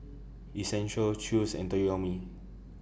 Essential Chew's and Toyomi